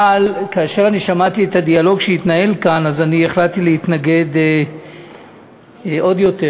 אבל כאשר אני שמעתי את הדיאלוג שהתנהל כאן אני החלטתי להתנגד עוד יותר.